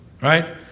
Right